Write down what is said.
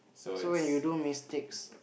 so when you do mistakes